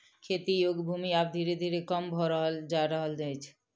खेती योग्य भूमि आब धीरे धीरे कम भेल जा रहल अछि